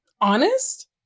honest